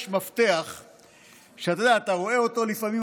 יש מפתח שאתה רואה לפעמים,